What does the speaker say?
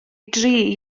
dri